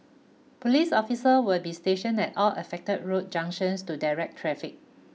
police officer will be stationed at all affected road junctions to direct traffic